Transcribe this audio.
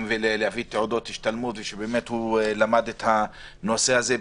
ולהביא תעודות שהוא למד את הנושא הזה.